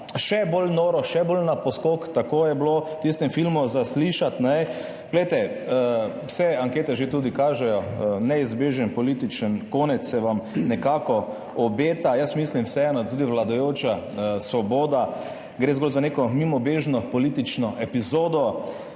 še bolj noro, še bolj na poskok, tako je bilo v tistem filmu slišati. Glejte, vse ankete že tudi kažejo, neizbežen političen konec se vam nekako obeta. Jaz vseeno mislim, tudi pri vladajoči Svobodi gre zgolj za neko mimobežno politično epizodo,